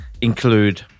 include